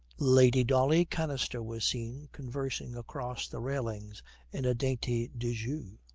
lady dolly kanister was seen conversing across the railings in a dainty de jou